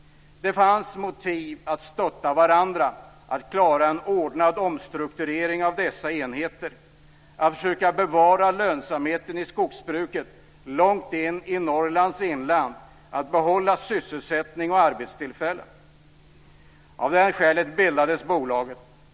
Det fanns motiv att stötta varandra för att klara en ordnad omstrukturering av dessa enheter, att söka bevara lönsamheten i skogsbruket långt in i Norrlands inland, att behålla sysselsättning och arbetstillfällen. Av det skälet bildades bolaget.